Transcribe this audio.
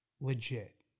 legit